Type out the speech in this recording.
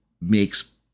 makes